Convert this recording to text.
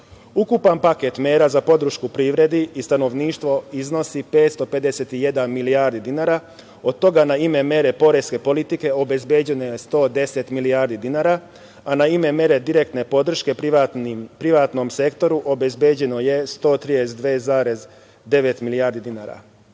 Ukupan paket mera za podršku privredi i stanovništvu iznosi 551 milijardu dinara, od toga na ime mere poreske politike obezbeđeno je 110 milijardi dinara, a na ime mera direktne podrške privatnom sektoru obezbeđeno je 132,9 milijardi dinara.